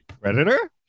Predator